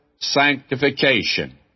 sanctification